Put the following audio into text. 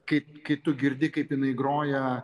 kaip kai tu girdi kaip jinai groja